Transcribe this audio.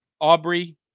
Aubrey